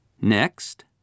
Next